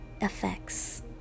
effects